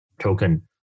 Token